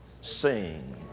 sing